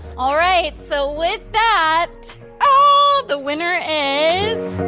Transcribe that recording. all right, so with that ah the winner is